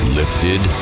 lifted